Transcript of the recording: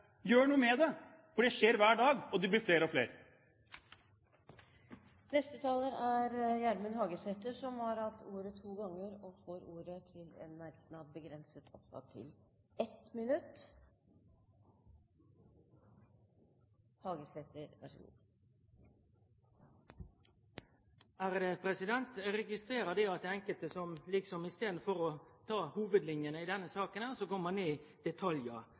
Gjør noe med det, for det skjer hver dag, og det gjelder flere og flere! Gjermund Hagesæter har hatt ordet to ganger og får ordet til en kort merknad, begrenset til 1 minutt. Eg registrerer at det er enkelte som i staden for å ta hovudlinjene i denne